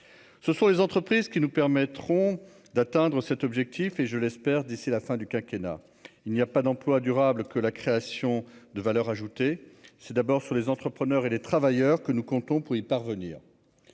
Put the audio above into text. ce sont les entreprises qui nous permettront d'atteindre cet objectif, et je l'espère d'ici la fin du quinquennat il n'y a pas d'emplois durables, que la création de valeur ajoutée, c'est d'abord sur les entrepreneurs et les travailleurs que nous comptons pour y parvenir,